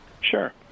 Sure